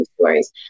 stories